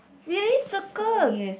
we already circle